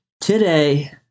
today